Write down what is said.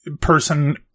person